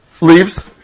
leaves